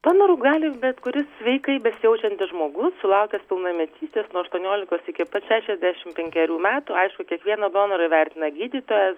donoru gali bet kuris sveikai besijaučiantis žmogus sulaukęs pilnametystės nuo aštuoniolikos iki pat šešiasdešim penkerių metų aišku kiekvieną donorą įvertina gydytojas